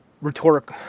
rhetoric